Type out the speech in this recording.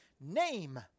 Name